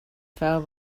fell